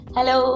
Hello